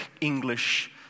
English